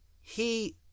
He